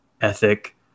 ethic